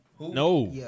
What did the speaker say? No